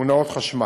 מונעות חשמל.